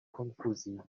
konfuziĝis